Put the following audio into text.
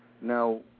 Now